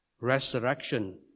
Resurrection